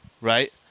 right